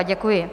Děkuji.